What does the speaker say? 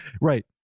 Right